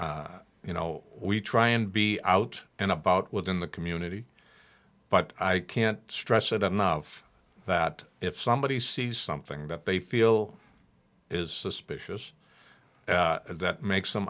roger you know we try and be out and about within the community but i can't stress it enough that if somebody sees something that they feel is suspicious that makes them